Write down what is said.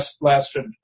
lasted